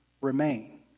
remain